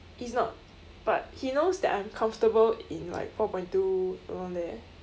he is not but he knows that I'm comfortable in like four point two around there